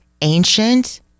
ancient